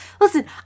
listen